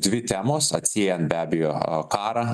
dvi temos atsiejant be abejo karą